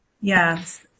Yes